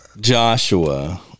Joshua